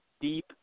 deep